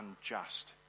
unjust